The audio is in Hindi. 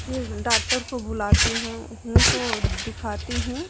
फिर डाक्टर को बुलाती हऊँ हूँ तो दिखाती हूँ